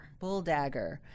Bulldagger